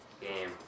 Game